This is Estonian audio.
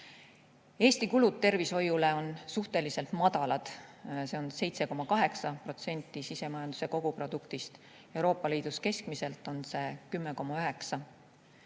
Eesti kulud tervishoiule on suhteliselt madalad, see on 7,8% sisemajanduse koguproduktist. Euroopa Liidus keskmiselt on see 10,9%.